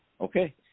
okay